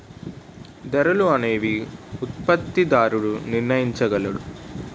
ధరలు అనేవి ఉత్పత్తిదారుడు నిర్ణయించగలడు